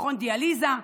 מכון דיאליזה,